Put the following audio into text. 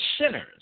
sinners